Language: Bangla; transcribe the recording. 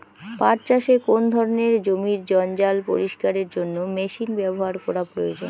পাট চাষে কোন ধরনের জমির জঞ্জাল পরিষ্কারের জন্য মেশিন ব্যবহার করা প্রয়োজন?